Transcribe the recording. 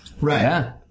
Right